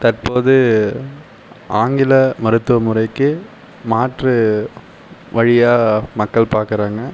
தற்போது ஆங்கில மருத்துவ முறைக்கு மாற்று வழியாக மக்கள் பார்க்குறாங்க